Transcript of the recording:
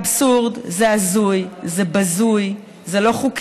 זה אבסורד, זה הזוי, זה בזוי, זה לא חוקי,